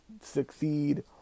succeed